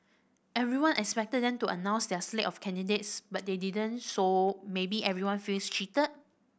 everyone expected them to announce their slate of candidates but they didn't so maybe everyone feels cheated